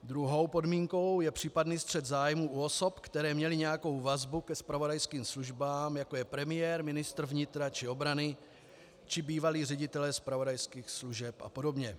Druhou podmínkou je případný střet zájmů u osob, které měly nějakou vazbu ke zpravodajským službám, jako je premiér, ministr vnitra či obrany či bývalí ředitelé zpravodajských služeb a podobně.